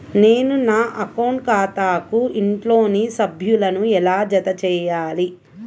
నేను నా అకౌంట్ ఖాతాకు ఇంట్లోని సభ్యులను ఎలా జతచేయాలి?